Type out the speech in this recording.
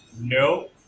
No